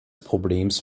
problems